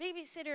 babysitter